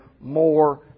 more